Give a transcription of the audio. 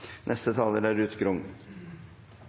Ruth Grung